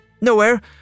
nowhere